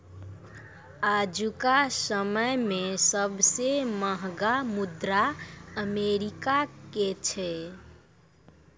आजुका समय मे सबसे महंगा मुद्रा अमेरिका के छै